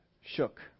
shook